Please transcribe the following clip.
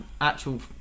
actual